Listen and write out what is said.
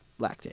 lactate